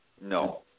no